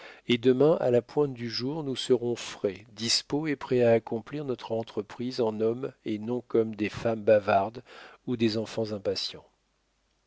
et demain à la pointe du jour nous serons frais dispos et prêts à accomplir notre entreprise en hommes et non comme des femmes bavardes ou des enfants impatients